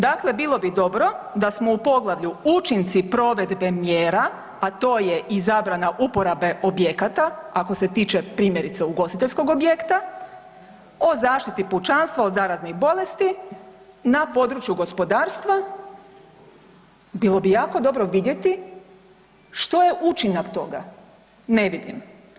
Dakle, bilo bi dobro da smo u poglavlju učinci provedbe mjera, a to je i zabrana uporabe objekata ako se tiče primjerice ugostiteljskog objekta, o zaštiti pučanstva od zaraznih bolesti na području gospodarstva, bilo bi jako dobro vidjeti što je učinak toga, ne vidim.